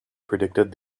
predicted